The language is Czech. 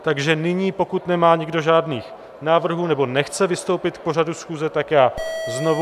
Takže nyní, pokud nemá nikdo žádný návrh nebo nechce vystoupit k pořadu schůze, tak já znovu...